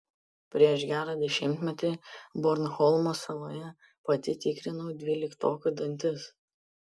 prieš gerą dešimtmetį bornholmo saloje pati tikrinau dvyliktokų dantis